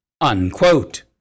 Unquote